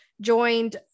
joined